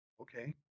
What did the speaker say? Okay